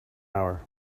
hour